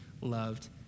loved